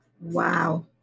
Wow